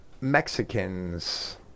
Mexicans